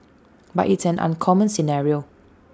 but it's an uncommon scenario